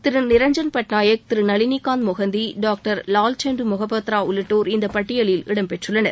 திரு நிரஞ்சன் பட்நாயக் திரு நளினிகாந்த் மொஹந்தி டாக்டர் லால்டெண்டு மொஹபத்ரா உள்ளிட்டோர் இந்த பட்டியலில் இடம்பெற்றுள்ளனர்